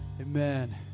amen